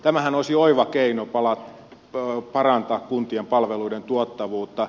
tämähän olisi oiva keino parantaa kuntien palveluiden tuottavuutta